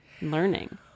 learning